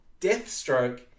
Deathstroke